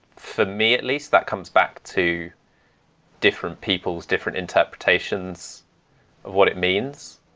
for me at least, that comes back to different people's different interpretations of what it means.